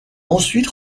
ensuite